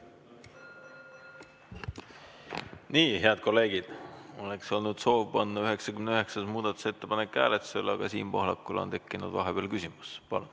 Nii, head kolleegid, mul oleks olnud soov panna 99. muudatusettepanek hääletusele, aga Siim Pohlakul on tekkinud vahepeal küsimus. Palun!